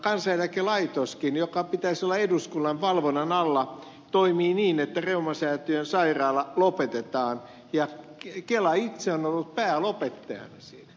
kansaneläkelaitoskin jonka pitäisi olla eduskunnan valvonnan alla toimii niin että reumasäätiön sairaala lopetetaan ja kela itse on ollut päälopettaja siinä